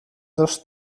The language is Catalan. dos